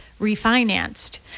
refinanced